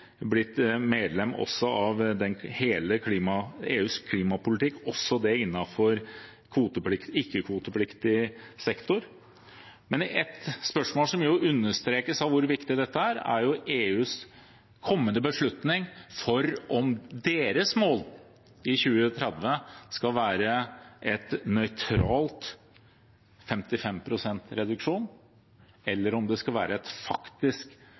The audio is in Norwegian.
blitt medlem av hele klimapolitikken til EU, også det innenfor ikke-kvotepliktig sektor. Men et spørsmål som understrekes av hvor viktig dette er, er EUs kommende beslutning om deres mål i 2030 skal være et nøytralt, med 55 pst. reduksjon, eller om det skal være et faktisk,